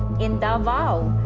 in davao,